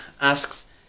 asks